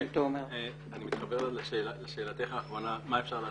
אני מתחבר לשאלתך האחרונה, מה אפשר לעשות.